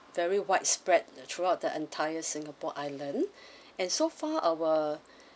very widespread throughout the entire singapore island and so far our